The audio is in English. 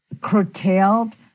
curtailed